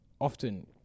often